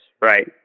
right